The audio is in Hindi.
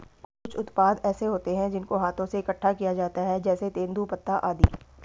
कुछ उत्पाद ऐसे होते हैं जिनको हाथों से इकट्ठा किया जाता है जैसे तेंदूपत्ता आदि